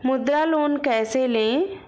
मुद्रा लोन कैसे ले?